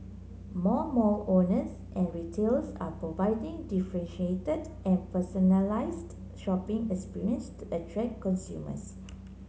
more mall owners and retailers are providing differentiated and personalised shopping experience to attract consumers